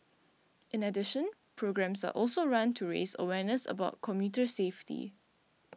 in addition programmes are also run to raise awareness about commuter safety